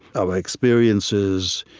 our experiences,